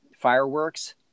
fireworks